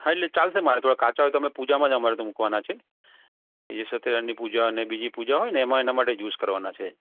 હા એટલે ચાલસે મારે થોડા કાચા હોય તો ઓમે પૂજામાં અમારે તો મૂકવાના છે ઇ સત્યનારાયણ ની પૂજા ને બીજી પૂજા હોય ને એમા એના માટે યુસ કરવાના છે